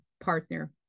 partner